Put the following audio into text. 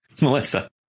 Melissa